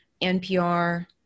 NPR